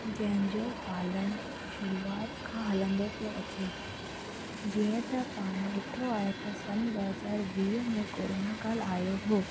जंहिंजो शुरूआति खां हलंदो पियो अचे जीअं त पाण ॾिठो आहे त सभु ॿ हज़ार वीह में कोरोना काल आहियो हुओ